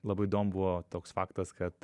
labai įdomu buvo toks faktas kad